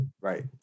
Right